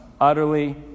utterly